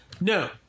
No